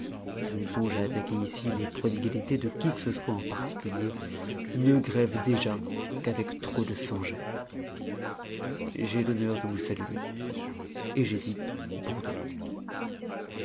je ne songe à attaquer ici les prodigalités de qui que ce soit en particulier ne grèvent déjà qu'avec trop de sans-gêne j'ai l'honneur de vous saluer hégésippe bourdon